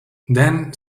then